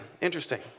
Interesting